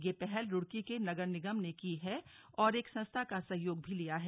यह पहल रुड़की के नगर निगम ने की और एक संस्था का सहयोग भी लिया है